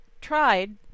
tried